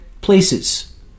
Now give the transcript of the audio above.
places